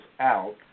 out